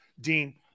Dean